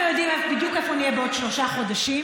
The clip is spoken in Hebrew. אנחנו יודעים בדיוק איפה נהיה בעוד שלושה חודשים,